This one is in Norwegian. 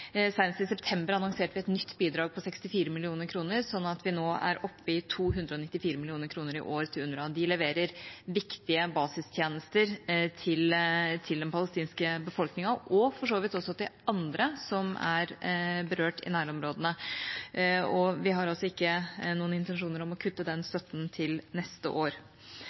i september annonserte vi et nytt bidrag, på 64 mill. kr, sånn at vi nå er oppe i 294 mill. kr i år til UNRWA. De leverer viktige basistjenester til den palestinske befolkningen, og for så vidt også til andre som er berørt, i nærområdene. Vi har altså ikke noen intensjoner om å kutte den støtten til neste år.